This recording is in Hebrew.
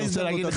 היתה הזדמנות,